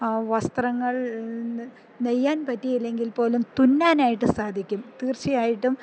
വസ്ത്രങ്ങൾ നെയ്യാൻ പറ്റിയില്ലെങ്കിൽ പോലും തുന്നാനായിട്ട് സാധിക്കും തീർച്ചയായിട്ടും